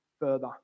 further